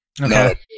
Okay